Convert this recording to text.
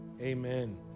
amen